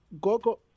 gogo